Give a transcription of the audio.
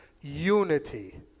unity